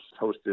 hosted